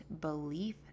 belief